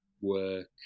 work